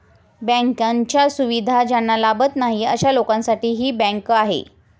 बँकांच्या सुविधा ज्यांना लाभत नाही अशा लोकांसाठी ही बँक आहे